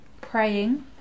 praying